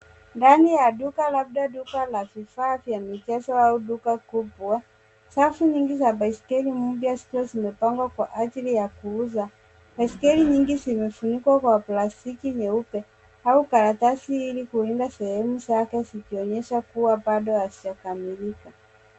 Ndani ya duka labda duka la vifaa vya michezo au duka kubwa, safu nyingi za baiskeli mpya zikiwa zimepangwa kwa ajili ya kuuzwa. BAiskeli nyingi zimefunikwa kwa plastiki nyeupe au karatasi ili kuenda sehemu zake zikionyesha kuwa bado hazijakamilika.